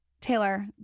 Taylor